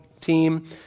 team